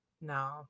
No